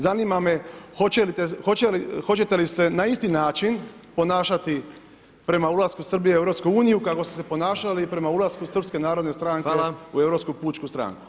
Zanima me hoćete li se na isti način ponašati prema ulasku Srbije u EU kako ste se ponašali prema ulasku Srpske narodne stranke u Europsku pučku stranku?